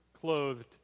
clothed